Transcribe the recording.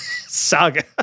saga